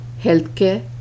healthcare